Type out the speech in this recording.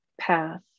path